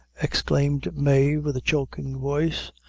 exclaimed mave, with a choking voice.